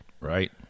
Right